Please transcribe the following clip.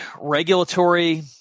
regulatory